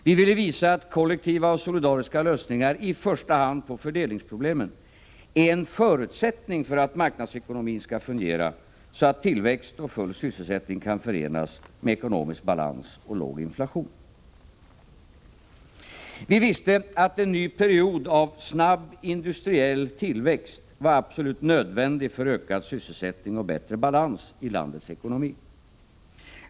Vi ville visa att kollektiva och solidariska lösningar i första hand på fördelningsproblemen är en förutsättning för att marknadsekonomin skall fungera så att tillväxt och full sysselsättning kan förenas med ekonomisk balans och låg inflation. Vi visste att en ny period av snabb industriell tillväxt var absolut nödvändig för ökad sysselsättning och bättre balans i landets ekonomi.